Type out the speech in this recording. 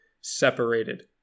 separated